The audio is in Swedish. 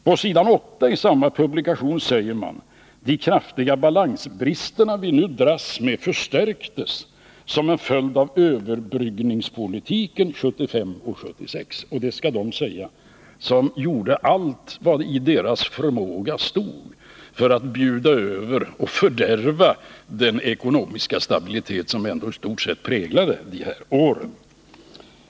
På s. 8 i samma publikation säger man: ”De kraftiga balansbrister vi nu har förstärktes som en följd av överbryggningspolitiken 1975 och 1976.” Det skall de borgerliga partierna säga, som gjorde allt vad som stod i deras förmåga för att lämna överbud och fördärva den ekonomiska stabilitet som ändå i stort sett präglade dessa år.